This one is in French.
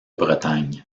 bretagne